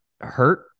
hurt